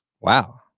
wow